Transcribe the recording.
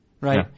right